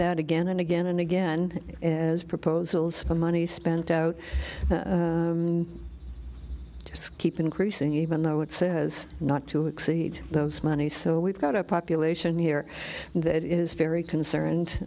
that again and again and again as proposals for money spent out and just keep increasing even though it says not to exceed those monies so we've got a population here that is very concerned